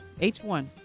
H1